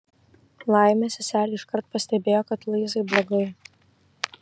laimė seselė iškart pastebėjo kad luizai blogai